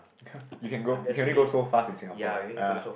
ppo you can go you can only go so fast in Singapore ya